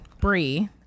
Bree